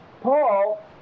paul